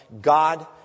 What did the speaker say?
God